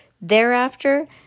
Thereafter